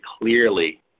clearly